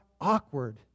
awkward